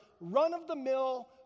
run-of-the-mill